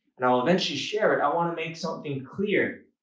and i'll eventually share it, i want to make something clear.